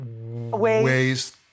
ways